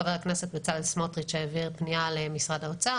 חבר הכנסת בצלאל סמוטריץ' העביר פנייה למשרד האוצר